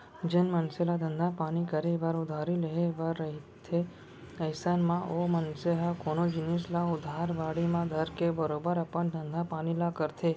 जेन मनसे ल धंधा पानी करे बर उधारी लेहे बर रथे अइसन म ओ मनसे ह कोनो जिनिस ल उधार बाड़ी म धरके बरोबर अपन धंधा पानी ल करथे